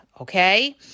okay